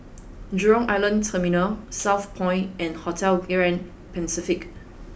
Jurong Island Terminal Southpoint and Hotel Grand Pacific